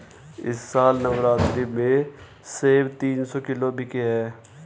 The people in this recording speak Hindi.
इस साल नवरात्रि में सेब तीन सौ किलो बिके हैं